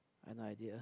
I have no idea